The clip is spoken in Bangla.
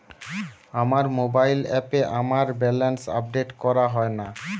আমার মোবাইল অ্যাপে আমার ব্যালেন্স আপডেট করা হয় না